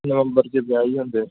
ਨਵੰਬਰ 'ਚ ਵਿਆਹ ਹੀ ਹੁੰਦੇ